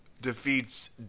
defeats